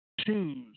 choose